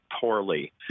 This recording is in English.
poorly